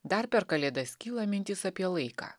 dar per kalėdas kyla mintys apie laiką